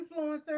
influencers